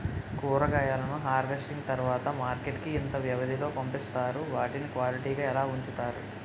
కూరగాయలను హార్వెస్టింగ్ తర్వాత మార్కెట్ కి ఇంత వ్యవది లొ పంపిస్తారు? వాటిని క్వాలిటీ గా ఎలా వుంచుతారు?